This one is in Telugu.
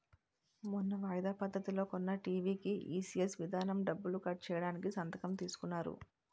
మొన్న వాయిదా పద్ధతిలో కొన్న టీ.వి కీ ఈ.సి.ఎస్ విధానం డబ్బులు కట్ చేయడానికి సంతకం తీసుకున్నారు